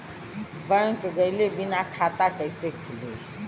Bank गइले बिना खाता कईसे खुली?